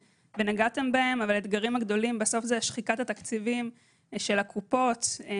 האתגרים הגדולים הם שחיקת התקציבים של קופות החולים,